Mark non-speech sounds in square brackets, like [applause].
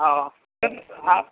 [unintelligible]